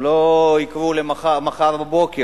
הם לא יקרו מחר בבוקר.